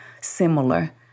similar